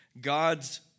God's